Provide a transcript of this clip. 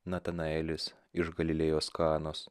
natanaelis iš galilėjos kanos